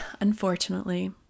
unfortunately